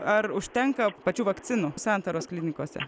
ar užtenka pačių vakcinų santaros klinikose